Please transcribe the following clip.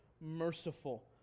merciful